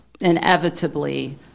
inevitably